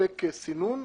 לספק סינון.